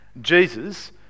Jesus